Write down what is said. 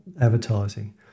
advertising